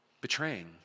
betraying